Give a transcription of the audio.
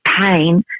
pain